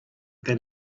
that